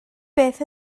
beth